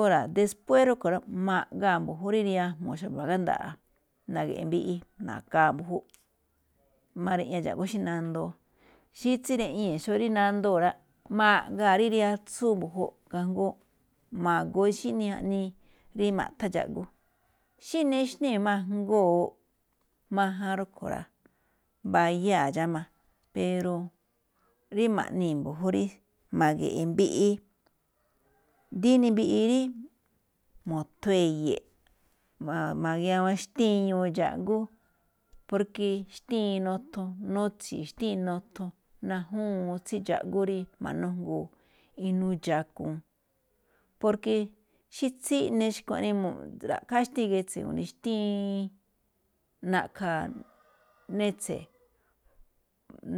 Óra̱ después rúꞌkhue̱n rá, ma̱ꞌgaa̱ rí riajmu̱u̱ xa̱bo̱ gánda̱ꞌa̱, na̱ge̱ꞌe̱ mbiꞌi na̱ka̱a mbu̱júꞌ mariꞌña dxágú xí nandoo, xí tsíriꞌñee̱ xó rí nandoo̱ rá. Ma̱ꞌgaa̱ rí riatsúu mbu̱júꞌ, kajngó ma̱goo xí ni jaꞌnii rí maꞌthán dxáꞌgú. xí nixnée̱ máꞌ ajngóo̱ máján rúꞌkhue̱n rá, mbayáa̱ dxáma. Pero rí ma̱ꞌnii̱ mbu̱jú rí, ma̱ge̱ꞌe̱ mbiꞌi dí mbiꞌi rí mo̱thon e̱ye̱e̱ꞌ, ma̱-magiawan xtíñuu dxáꞌgú, porke xtíin nuthon nutsi̱i̱ xtíin nuthon najúwuun tsí dxáꞌgú rí ma̱nújngoo inuu dxakuun. Porke xí tsíꞌne xkuaꞌnii, ra̱ꞌkháa xtíin gatse̱ ñajuun, xtíin na̱ꞌkha̱ netse̱,